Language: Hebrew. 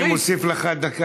אני מוסיף לך דקה.